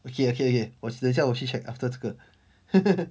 okay okay okay 我等一下我去 check after 这个